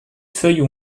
feuilles